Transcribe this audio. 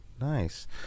Nice